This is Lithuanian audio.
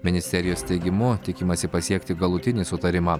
ministerijos teigimu tikimasi pasiekti galutinį sutarimą